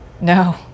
No